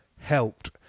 helped